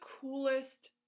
coolest